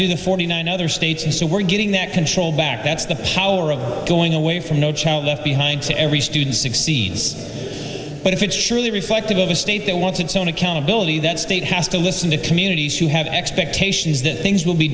do the forty nine other states and so we're getting that control back that's the power of going away from no child left behind to every student succeeds but if it's truly reflective of a state that wants its own accountability that state has to listen to communities who have expectations that things will be